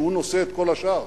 שנושא את כל השאר,